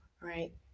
Right